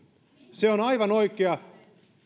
se on aivan oikea